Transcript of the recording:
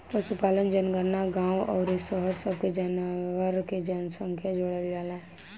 पशुपालन जनगणना गांव अउरी शहर सब के जानवरन के संख्या जोड़ल जाला